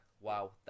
wow